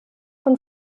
von